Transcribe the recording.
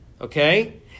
Okay